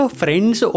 friends